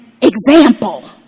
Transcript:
example